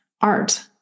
art